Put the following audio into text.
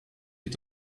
est